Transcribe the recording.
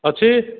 ଅଛି